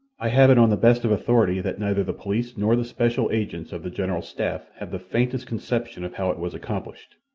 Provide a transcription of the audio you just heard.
i have it on the best of authority that neither the police nor the special agents of the general staff have the faintest conception of how it was accomplished.